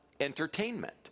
entertainment